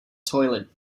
toilet